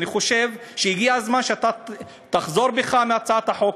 אני חושב שהגיע הזמן שתחזור בך מהצעת החוק,